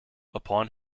upon